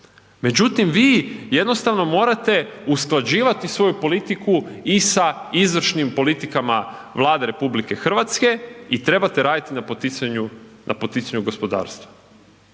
međutim vi jednostavno morate usklađivati svoju politiku i sa izvršnim politikama Vlade RH i trebate radit na poticanju, na poticanju gospodarstva.